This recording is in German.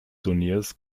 turniers